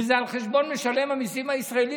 וזה על חשבון משלם המיסים הישראלי,